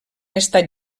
estat